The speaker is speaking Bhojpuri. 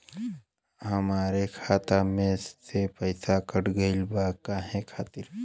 हमरे खाता में से पैसाकट गइल बा काहे खातिर?